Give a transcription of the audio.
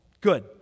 good